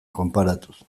konparatuz